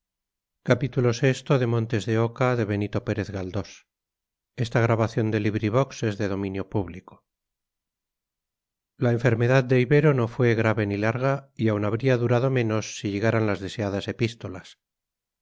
la enfermedad de ibero no fue grave ni larga y aún habría durado menos si llegaran las deseadas epístolas